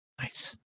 Nice